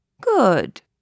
Good